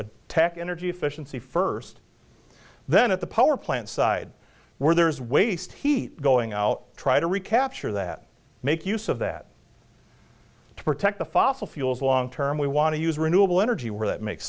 a tack energy efficiency first then at the power plant side where there's waste heat going out try to recapture that make use of that to protect the fossil fuels long term we want to use renewable energy where that makes